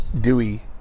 Dewey